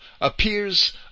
Appears